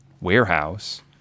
warehouse